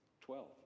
Twelve